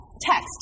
text